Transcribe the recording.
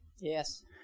Yes